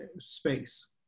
space